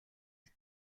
мэт